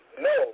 no